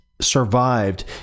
survived